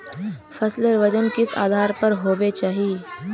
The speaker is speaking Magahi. फसलेर वजन किस आधार पर होबे चही?